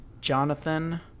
Jonathan